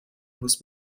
muss